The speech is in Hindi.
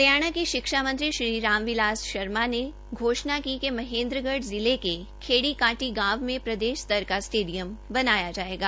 हरियाणा के शिक्षा मंत्री श्री राम बिलास शर्मा ने घोषणा की कि महेन्द्रगढ़ जिले के खेड़ी कांटी गांव में प्रदेश स्तर का स्टेडियम बनाया जाएगा